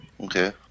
Okay